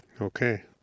Okay